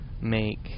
make